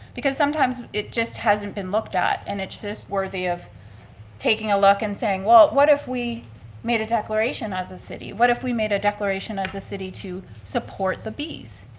because sometimes it just hasn't been looked at and it's just worthy of taking a look and saying well, what if we made a declaration as a city? what if we made a declaration as a city to support the bees?